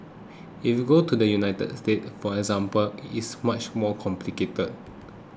if you go to the United States for example it is much more complicated